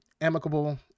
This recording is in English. amicable